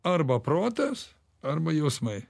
arba protas arba jausmai